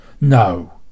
no